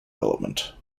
development